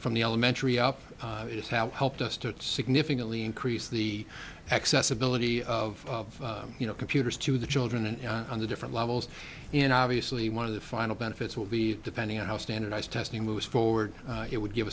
from the elementary up it's have helped us to significantly increase the accessibility of you know computers to the children and on the different levels in obviously one of the final benefits will be depending on how standardized testing moves forward it would give